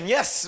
Yes